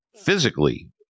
physically